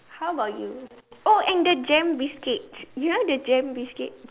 how about you oh and the gem biscuit you know the gem biscuit